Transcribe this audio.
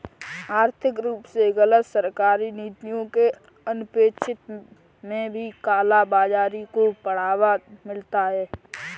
आर्थिक रूप से गलत सरकारी नीतियों के अनपेक्षित में भी काला बाजारी को बढ़ावा मिलता है